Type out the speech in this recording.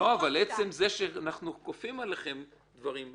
עצם זה שאנחנו כופים עליכם דברים.